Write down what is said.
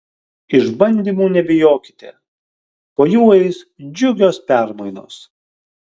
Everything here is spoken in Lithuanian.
išbandymų nebijokite po jų eis džiugios permainos